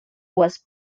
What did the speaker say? was